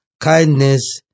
kindness